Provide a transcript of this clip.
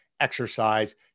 exercise